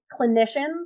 clinicians